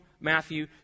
matthew